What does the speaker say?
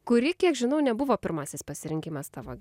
kuri kiek žinau nebuvo pirmasis pasirinkimas tavo